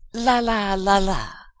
la, la, la, la!